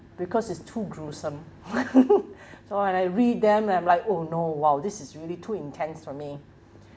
because it's too gruesome so when I read them and I'm like oh no !wow! this is really too intense for me